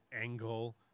angle